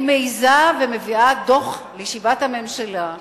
אני מעזה ומביאה דוח לישיבת הממשלה,